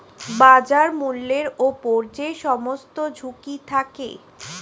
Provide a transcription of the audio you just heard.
বাজার মূল্যের উপর যে সমস্ত ঝুঁকি থাকে